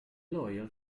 loyal